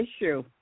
issue